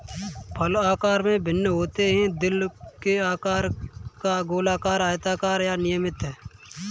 फल आकार में भिन्न होते हैं, दिल के आकार का, गोलाकार, आयताकार या अनियमित